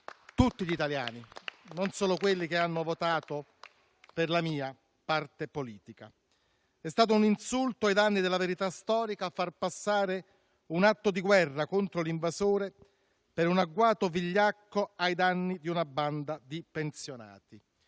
tutti gli italiani, non solo quelli che hanno votato per la mia parte politica. È stato un insulto ai danni della verità storica far passare un atto di guerra contro l'invasore per un agguato vigliacco ai danni di una banda di pensionati.